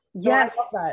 yes